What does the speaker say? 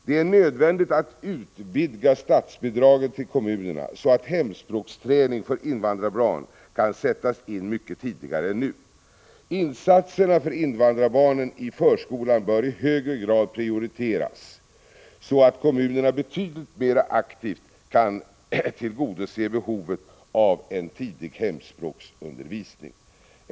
Det är nödvändigt att utvidga statsbidragen till kommunerna så att hemspråksträning för invandrarbarn kan sättas in mycket tidigare än nu. Insatserna för invandrarbarnen i förskolan bör i högre grad prioriteras, så att kommunerna betydligt mer aktivt kan tillgodose behovet av en tidig hemspråksundervisning.